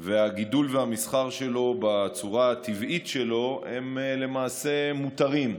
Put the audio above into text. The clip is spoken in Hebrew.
והגידול שלו והמסחר בו בצורה הטבעית שלו הם למעשה מותרים,